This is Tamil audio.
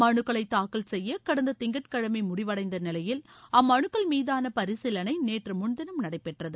மனுக்களை தாக்கல் செய்ய கடந்த திங்கட்கிழமை முடிவடைந்த நிலையில் அம்மனுக்கள் மீதான பரிசீலனை நேற்று முன்தினம் நடைபெற்றது